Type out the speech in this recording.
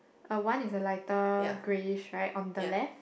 uh one is a lighter greyish right on the left